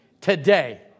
today